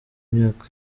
myaka